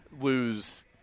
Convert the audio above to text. lose